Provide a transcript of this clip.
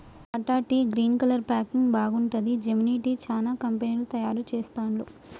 Tata tea green colour packing బాగుంటది, Gemini tea, చానా కంపెనీలు తయారు చెస్తాండ్లు